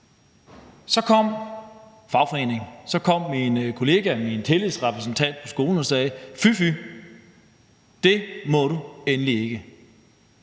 så kom fagforeningen, mine kolleger og min tillidsrepræsentant på skolen og sagde: Fy fy, det må du endelig ikke.